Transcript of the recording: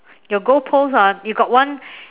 your goal post ah you got one